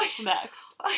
next